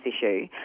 issue